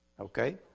okay